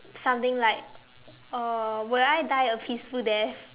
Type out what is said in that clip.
something like uh will I die a peaceful death